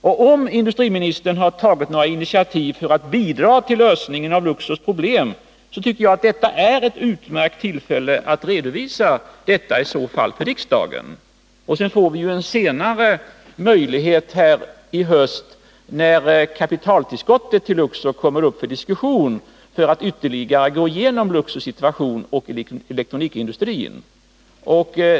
Om industriministern har tagit några initiativ för att bidra till lösningen av Luxors problem, så tycker jag att detta är ett utmärkt tillfälle att redovisa det för riksdagen. Senare i höst, när frågan om kapitaltillskottet till Luxor kommer upp till diskussion, får vi ju ännu en möjlighet att ytterligare gå igenom Luxors situation och elektronikindustrin.